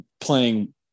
playing